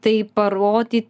tai parody